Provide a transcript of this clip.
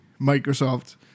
Microsoft